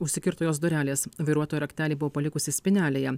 užsikirto jos durelės vairuotoja raktelį buvo palikusi spynelėje